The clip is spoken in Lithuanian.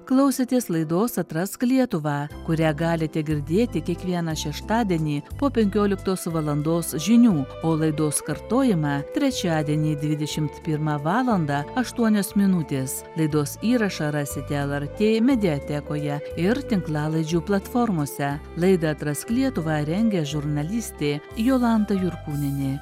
klausėtės laidos atrask lietuvą kurią galite girdėti kiekvieną šeštadienį po penkioliktos valandos žinių o laidos kartojimą trečiadienį dvidešimt pirmą valandą aštuonios minutės laidos įrašą rasite lrt mediatekoje ir tinklalaidžių platformose laidą atrask lietuvą rengia žurnalistė jolanta jurkūnienė